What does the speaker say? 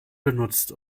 benutzt